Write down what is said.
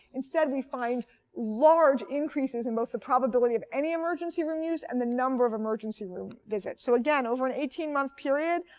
instead we find large increases in both the probability of any emergency room use and the number of emergency room visits. so again, over an eighteen month period,